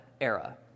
era